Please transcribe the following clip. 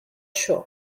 shore